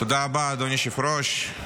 תודה רבה, אדוני היושב-ראש.